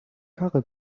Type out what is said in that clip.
karre